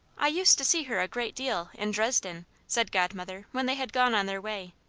i used to see her a great deal, in dresden, said godmother when they had gone on their way,